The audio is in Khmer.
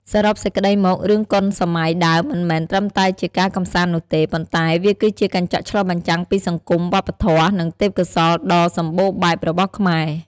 សរុបសេចក្ដីមក រឿងកុនសម័យដើមមិនមែនត្រឹមតែជាការកម្សាន្តនោះទេ ប៉ុន្តែវាគឺជា កញ្ចក់ឆ្លុះបញ្ចាំងពីសង្គម វប្បធម៌ និងទេពកោសល្យដ៏សម្បូរបែបរបស់ខ្មែរ។